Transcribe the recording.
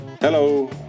Hello